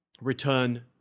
return